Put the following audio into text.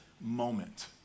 moment